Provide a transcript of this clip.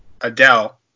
Adele